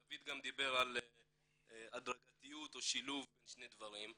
דוד גם דיבר על הדרגתיות או שילוב בין שני דברים,